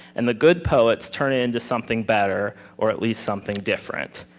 and the good poets turn it into something better or at least something different.